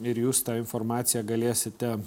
ir jūs tą informaciją galėsite